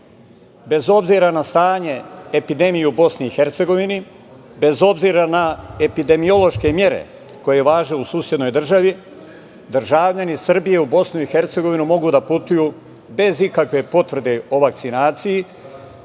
bez obzira na stanje epidemije u BiH, bez obzira na epidemiološke mere koje važe u susednoj državi. Državljani Srbije u BiH mogu da putuju bez ikakve potvrde o vakcinaciji,